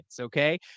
Okay